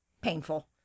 painful